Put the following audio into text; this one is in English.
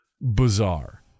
bizarre